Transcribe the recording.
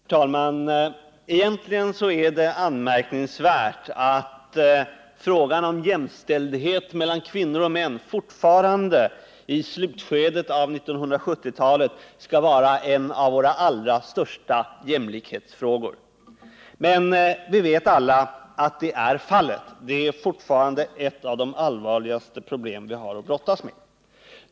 Herr talman! Egentligen är det anmärkningsvärt att frågan om jämställdhet mellan kvinnor och män fortfarande i slutskedet av 1970-talet skall vara en av våra allra största jämlikhetsfrågor. Men vi vet alla att det är fallet. Det är fortfarande ett av de allvarligaste problem vi har att brottas med.